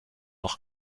noch